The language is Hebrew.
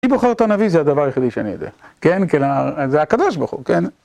אני בוחר אותו נביא זה הדבר היחידי שאני אדע, כן? זה הקב"ה שבוחר, כן.